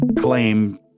claim